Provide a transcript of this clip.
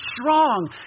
strong